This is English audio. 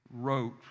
wrote